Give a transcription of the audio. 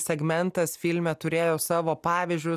segmentas filme turėjo savo pavyzdžius